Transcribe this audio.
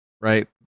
right